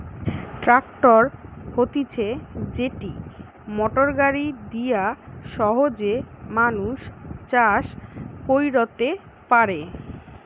tractor হতিছে যেটি motor গাড়ি দিয়া সহজে মানুষ চাষ কইরতে পারে